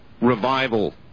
revival